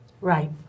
Right